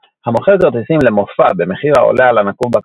המוכר כרטיסים ל"מופע" במחיר העולה על הנקוב בכרטיס,